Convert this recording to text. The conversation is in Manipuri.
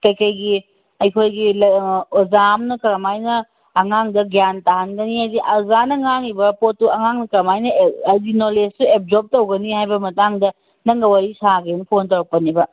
ꯀꯩꯀꯩꯒꯤ ꯑꯩꯈꯣꯏꯒꯤ ꯑꯣꯖꯥ ꯑꯝꯅ ꯀꯔꯝꯍꯥꯏꯅ ꯑꯉꯥꯡꯗ ꯒ꯭ꯌꯥꯟ ꯇꯥꯍꯟꯒꯅꯤ ꯍꯥꯏꯁꯦ ꯑꯣꯖꯥꯅ ꯉꯥꯡꯏꯕ ꯄꯣꯠꯇꯣ ꯑꯉꯥꯡꯅ ꯀꯃꯥꯏꯅ ꯍꯥꯏꯕꯗꯤ ꯅꯣꯂꯦꯖꯁꯦ ꯑꯦꯞꯖꯣꯔꯞ ꯇꯧꯒꯅꯤ ꯍꯥꯏꯕ ꯃꯇꯥꯡꯗ ꯅꯪꯒ ꯋꯥꯔꯤ ꯁꯥꯒꯦꯅ ꯐꯣꯟ ꯇꯧꯔꯛꯄꯅꯤꯕ